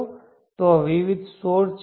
ત્યાં વિવિધ સોર્સ છે